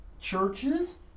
churches